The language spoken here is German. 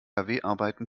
arbeiten